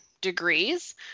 degrees